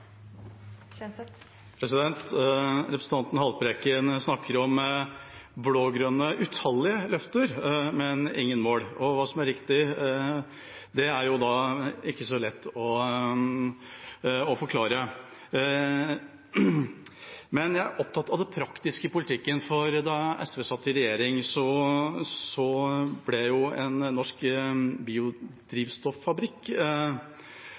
opp til. Representanten Haltbrekken snakker om utallige blå-grønne løfter, men ingen mål. Hva som er riktig, er ikke så lett å forklare. Jeg er opptatt av det praktiske i politikken. Da SV satt i regjering, ble en norsk